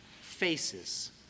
faces